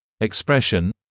Expression